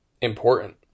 important